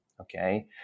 Okay